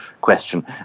question